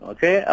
Okay